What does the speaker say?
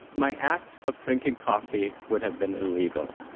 my act of drinking coffee would have been illegal.